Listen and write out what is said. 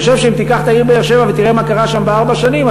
אני חושב שאם תיקח את העיר באר-שבע ותראה מה קרה שם בארבע שנים,